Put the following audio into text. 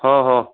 ହଁ ହଁ